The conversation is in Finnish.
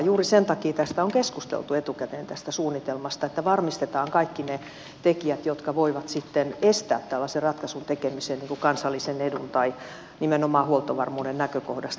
juuri sen takia on keskusteltu etukäteen tästä suunnitelmasta että varmistetaan kaikki ne tekijät jotka voivat sitten estää tällaisen ratkaisun tekemisen kansallisen edun tai nimenomaan huoltovarmuuden näkökohdasta